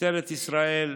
משטרת ישראל,